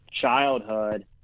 childhood